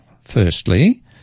firstly